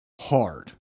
hard